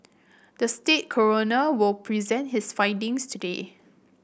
the state coroner will present his findings today